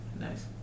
Nice